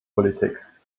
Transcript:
politik